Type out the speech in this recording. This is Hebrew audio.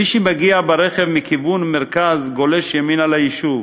מי שמגיע ברכב מכיוון מרכז, גולש ימינה ליישוב.